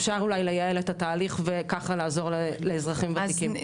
אפשר אולי לייעל את התהליך וככה לעזור לאזרחים וותיקים.